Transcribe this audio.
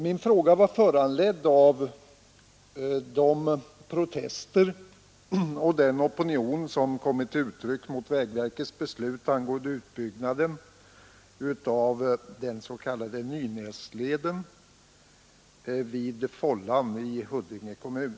Min fråga är föranledd av de protester och den opinion som har kommit till uttryck mot vägverkets beslut rörande utbyggnaden av Nynäsleden vid Fållan i Huddinge kommun.